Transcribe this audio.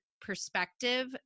perspective